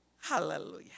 Hallelujah